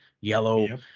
yellow